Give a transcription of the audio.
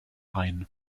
ein